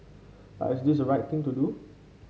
but is the right thing to do